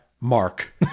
Mark